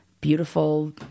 beautiful